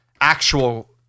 actual